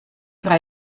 tra